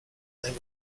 they